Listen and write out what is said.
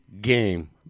game